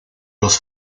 los